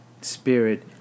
spirit